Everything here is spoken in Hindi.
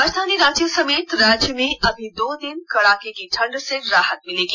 रांची समेत राज्य में अभी दो दिन कड़ाके की ठंड से राहत मिलेगी